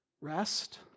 rest